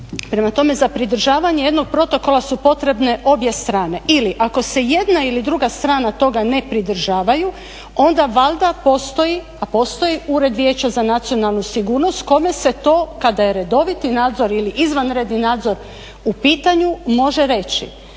Prema tome, za pridržavanje jednog protokola su potrebne obje strane. Ili ako se jedna ili druga strana toga ne pridržavaju onda valjda postoji, a postoji Ured vijeća za nacionalnu sigurnost, kome se to kada je redoviti nadzor ili izvanredni nadzor u pitanju može reći.